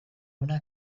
una